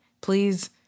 Please